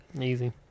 Easy